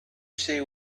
see